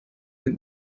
sind